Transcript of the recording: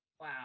Wow